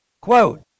quote